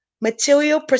material